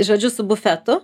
žodžiu su bufetu